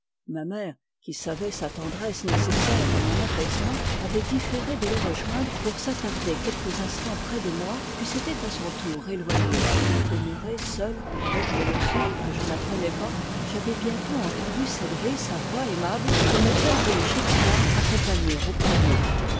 ma mère qui savait sa tendresse nécessaire à mon apaisement avait différé de le rejoindre pour s'attarder quelques instants près de moi puis s'était à son tour éloignée demeuré seul avec mes leçons que je n'apprenais pas j'avais bientôt entendu s'élever sa voix aimable que mon père voulait chaque soir accompagner au piano